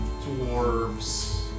dwarves